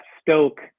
stoke